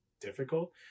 difficult